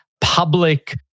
public